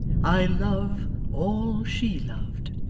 i love all she loved